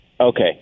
Okay